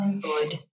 good